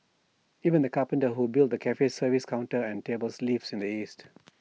even the carpenter who built the cafe's service counter and tables lives in the east